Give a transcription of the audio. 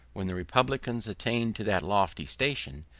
when the republicans attained to that lofty station,